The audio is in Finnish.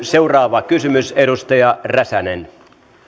seuraava kysymys edustaja räsänen arvoisa